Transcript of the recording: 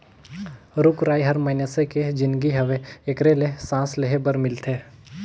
रुख राई हर मइनसे के जीनगी हवे एखरे ले सांस लेहे बर मिलथे